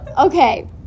okay